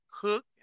cook